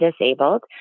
disabled